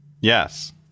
Yes